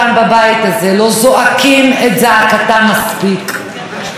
כי אין דבר כזה שאין מה לעשות.